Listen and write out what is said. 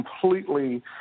completely